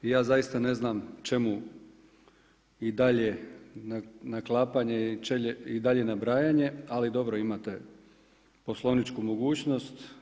Ja zaista ne znam čemu i dalje naklapanje i dalje nabrajanje, ali dobro, imate poslovničku mogućnost.